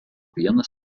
vienas